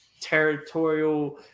territorial